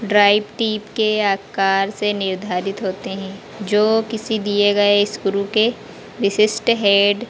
drive tip के आकार से निर्धारित होते हैं जो किसी दिए गए स्क्रू के विशिष्ट हेड